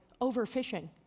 overfishing